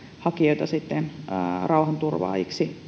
hakijoita myöskin rauhanturvaajiksi